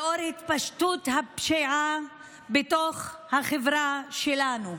לנוכח התפשטות הפשיעה בתוך החברה שלנו.